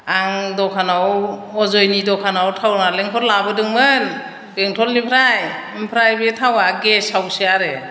आं दखानाव अजयनि दखानाव थाव नालेंखर लाबोदोंमोन बेंटलनिफ्राय ओमफ्राय बे थावआ गेसावसो आरो